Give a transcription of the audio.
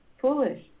foolish